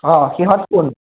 অঁ সিহঁত কোন